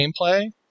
gameplay